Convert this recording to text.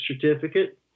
Certificate